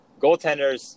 goaltenders